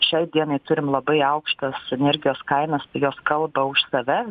šiai dienai turim labai aukštas energijos kainas jos kalba už save